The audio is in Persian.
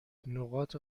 نقاط